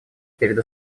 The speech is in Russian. перед